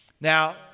Now